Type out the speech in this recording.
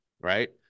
right